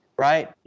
right